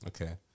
Okay